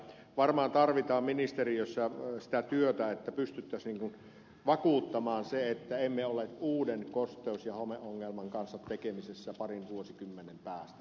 varmaan tarvitaan ministeriössä sitä työtä että pystyttäisiin varmistamaan se että emme ole uuden kosteus ja homeongelman kanssa tekemisissä parin vuosikymmenen päästä